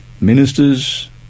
ministers